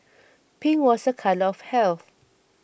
pink was a colour of health